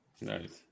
Nice